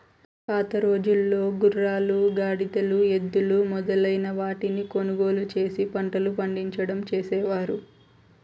పాతరోజుల్లో గుర్రాలు, గాడిదలు, ఎద్దులు మొదలైన వాటిని కొనుగోలు చేసి పంటలు పండించడం చేసేవారు